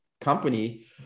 company